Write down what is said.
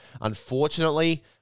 unfortunately